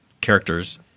characters